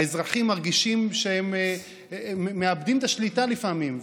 האזרחים מרגישים שהם מאבדים את השליטה לפעמים,